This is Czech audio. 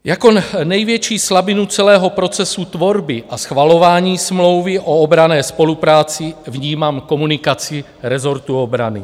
Jako největší slabinu celého procesu tvorby a schvalování smlouvy o obranné spolupráci vnímám komunikaci rezortu obrany.